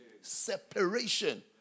Separation